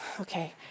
okay